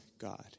God